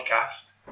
podcast